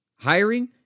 Hiring